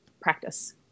practice